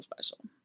special